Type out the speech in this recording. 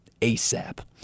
ASAP